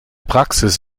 praxis